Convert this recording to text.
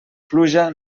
pluja